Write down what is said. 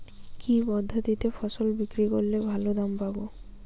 কি পদ্ধতিতে ফসল বিক্রি করলে ভালো দাম পাব?